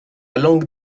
langue